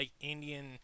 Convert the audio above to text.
Indian